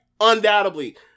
undoubtedly